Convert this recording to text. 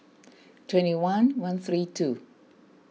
twenty one one three two